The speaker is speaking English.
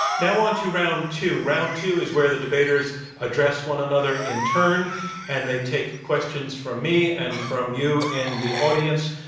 now on to round two. round two is where the debaters address one another in turn and they take questions from me and from you and the audience.